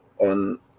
on